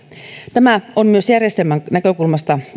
tämä on myös järjestelmän näkökulmasta